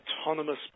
autonomous